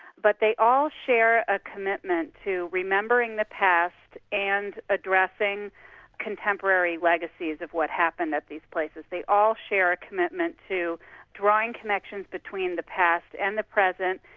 but they all share a commitment to remembering the past and addressing contemporary legacies of what happened at these places. they all share a commitment to drawing connections between the past and the present,